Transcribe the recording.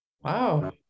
Wow